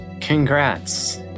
congrats